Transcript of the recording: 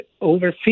over